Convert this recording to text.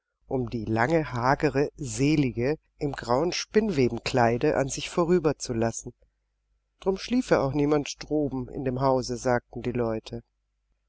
um die lange hagere selige im grauen spinnwebenkleide an sich vorüberzulassen drum schliefe auch niemand droben in dem hause sagten die leute